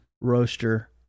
roaster